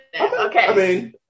Okay